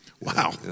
Wow